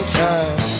time